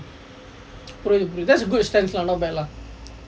agree agree that's a good stance lah not bad lah